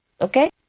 okay